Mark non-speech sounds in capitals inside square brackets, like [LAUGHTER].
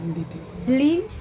[UNINTELLIGIBLE]